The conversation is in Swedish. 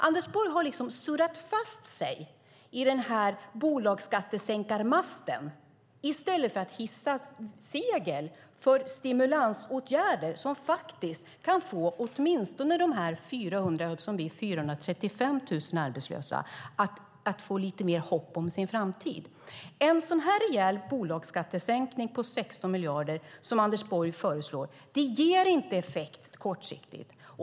Anders Borg har liksom surrat fast sig i bolagsskattesänkarmasten i stället för att hissa segel för stimulansåtgärder som kan ge åtminstone de 435 000 arbetslösa lite mer hopp om sin framtid. En rejäl bolagsskattesänkning på 16 miljarder som Anders Borg föreslår ger inte effekt kortsiktigt.